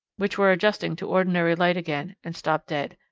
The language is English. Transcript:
which were adjusting to ordinary light again, and stopped dead.